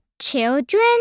children